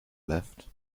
left